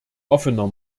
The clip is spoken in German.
offener